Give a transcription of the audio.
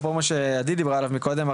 אפרופו מה שעדי דיברה עליו מקודם,